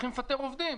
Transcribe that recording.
הולכים לפטר עובדים.